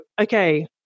okay